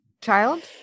child